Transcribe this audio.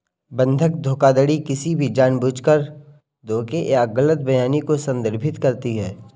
बंधक धोखाधड़ी किसी भी जानबूझकर धोखे या गलत बयानी को संदर्भित करती है